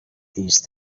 these